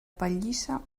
pallissa